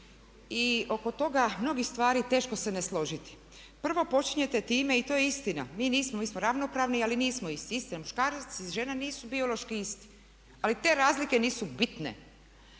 i oko toga mnogih stvari teško se ne složiti. Prvo počinjete time i to je istina, mi nismo, mi smo ravnopravni ali nismo isti. Isti muškarac, žena nisu biološki isti, ali te razlike nisu bitne.